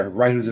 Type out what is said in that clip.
right